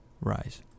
rise